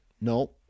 No